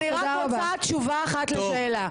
זהו,